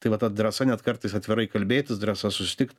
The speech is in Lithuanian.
tai va ta drąsa net kartais atvirai kalbėtis drąsa susitikt